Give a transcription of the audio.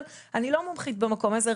אבל אני לא מומחית במקום הזה,